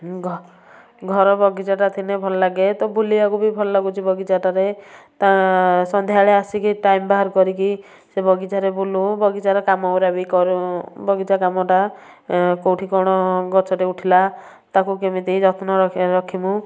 ଘର ବଗିଚାଟା ଥିଲେ ଭଲଲାଗେ ତ ବୁଲିବାକୁ ବି ଭଲଲାଗୁଛି ବଗିଚାଟାରେ ତା ସନ୍ଧ୍ୟାବେଳେ ଆସିକି ଟାଇମ୍ ବାହାର କରିକି ସେ ବଗିଚାରେ ବୁଲୁ ବଗିଚାର କାମଗୁଡ଼ା ବି କରୁ ବଗିଚା କାମଟା କେଉଁଠି କ'ଣ ଗଛଟେ ଉଠିଲା ତାକୁ କେମିତି ଯତ୍ନ ରଖିବୁ